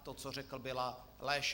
To, co řekl, byla lež.